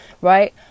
Right